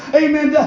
amen